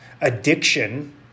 Addiction